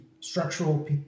structural